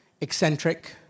eccentric